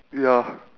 ya